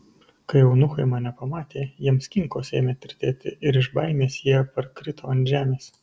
kai eunuchai mane pamatė jiems kinkos ėmė tirtėti ir iš baimės jie parkrito ant žemės